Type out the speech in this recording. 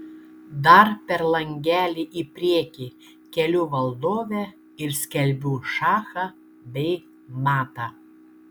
dar per langelį į priekį keliu valdovę ir skelbiu šachą bei matą